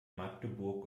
magdeburg